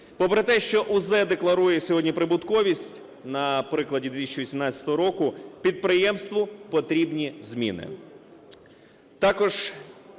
Попри те, що "УЗ" декларує сьогодні прибутковість на прикладі 2018 року, підприємству потрібні зміни.